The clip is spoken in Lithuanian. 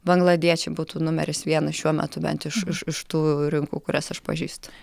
bangladiečiai būtų numeris vienas šiuo metu bent jau iš iš tų rinkų kurias aš pažįstu